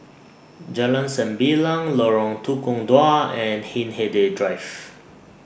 Jalan Sembilang Lorong Tukang Dua and Hindhede Drive